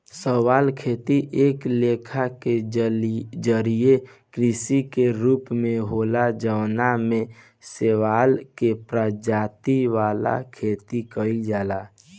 शैवाल खेती एक लेखा के जलीय कृषि के रूप होला जवना में शैवाल के प्रजाति वाला खेती कइल जाला